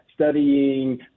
studying